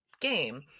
game